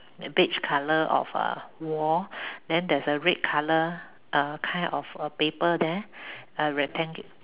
beige color of uh wall then there's a red color uh kind of a paper there uh rectangu~